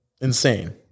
insane